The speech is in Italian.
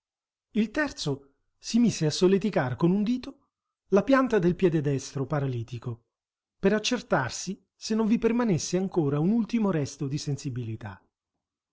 il terzo si mise a solleticar con un dito la pianta del piede destro paralitico per accertarsi se non vi permanesse ancora un ultimo resto di sensibilità